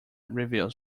reviews